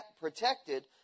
protected